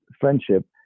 friendship